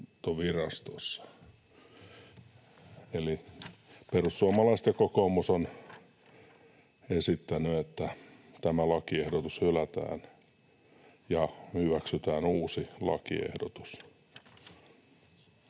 perussuomalaiset ja kokoomus ovat esittäneet, että tämä lakiehdotus hylätään ja hyväksytään uusi lakiehdotus.